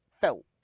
felt